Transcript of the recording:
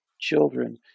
children